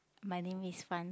my name is Fun